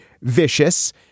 vicious